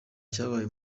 cyabaye